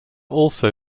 also